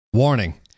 Warning